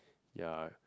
ya